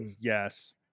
Yes